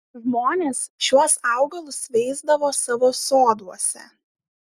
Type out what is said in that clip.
žmonės šiuos augalus veisdavo savo soduose